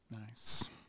Nice